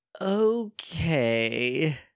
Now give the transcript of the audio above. Okay